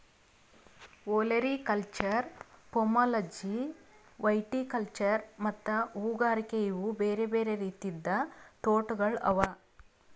olericulture, pomology, viticulture ಮತ್ತ ಹೂಗಾರಿಕೆ ಇವು ಬೇರೆ ಬೇರೆ ರೀತಿದ್ ತೋಟಗೊಳ್ ಅವಾ